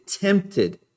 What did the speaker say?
tempted